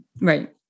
Right